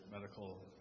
medical